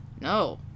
No